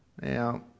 Now